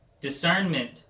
discernment